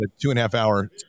two-and-a-half-hour